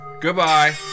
goodbye